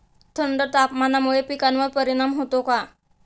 थंड तापमानामुळे पिकांवर परिणाम होतो का?